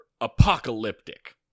apocalyptic